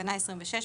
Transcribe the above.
בתקנה 26,